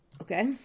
Okay